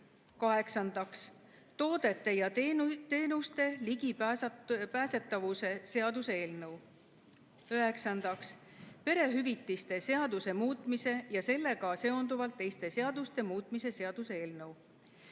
toodete ja teenuste ligipääsetavuse seaduseelnõu. Üheksandaks, perehüvitiste seaduse muutmise ja sellega seonduvalt teiste seaduste muutmise seaduse eelnõu.